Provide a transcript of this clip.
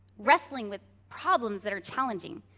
wrestling with problems that are challenging,